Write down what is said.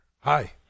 Hi